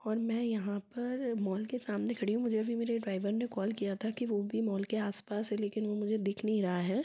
और मैं यहाँ पर मॉल के सामने खड़ी हूँ मुझे अभी मेरे ड्राइवर ने कॉल किया था कि वह अभी मॉल के आसपास है लेकिन वह मुझे दिख नहीं रहा है